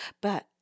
But-